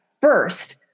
First